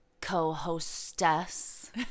co-hostess